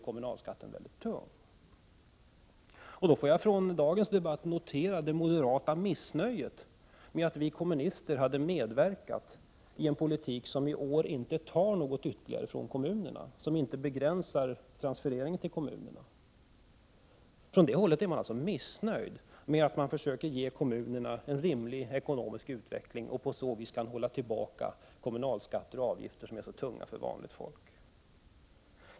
Jag noterar från dagens debatt det moderata missnöjet med att vi kommunister har medverkat i en politik som i år inte tar något ytterligare från kommunerna, som inte begränsar transfereringen till kommunerna. Moderaterna är alltså missnöjda med att kommunerna kan få en rimlig ekonomisk utveckling och på så vis hålla tillbaka kommunalskatter och avgifter som är så tunga för vanligt folk.